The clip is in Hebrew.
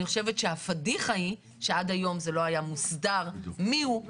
אני חושבת שהפדיחה היא שעד היום זה לא היה מוסדר מי הוא האחראי,